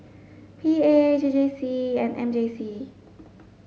P A J J C and M J C